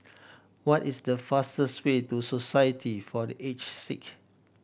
what is the fastest way to Society for The Aged Sick